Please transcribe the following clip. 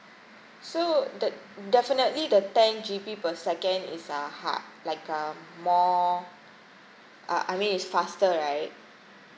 so the definitely the ten G_B per second is uh ha~ like a more uh I mean it's faster right